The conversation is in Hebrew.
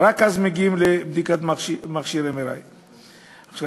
רק אז מגיעים לבדיקה במכשיר MRI. עכשיו,